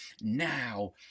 now